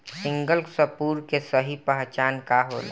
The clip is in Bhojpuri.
सिंगल सूपर के सही पहचान का होला?